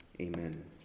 Amen